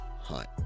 hunt